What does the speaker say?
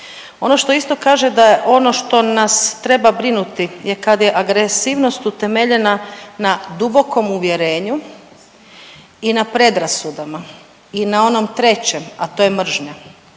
Ono što isto kaže da je ono što nas treba brinuti je kad je agresivnost utemeljena na dubokom uvjerenju i na predrasudama i na onom trećem, a to je mržnja.